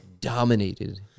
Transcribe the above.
dominated